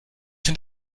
sind